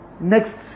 Next